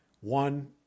One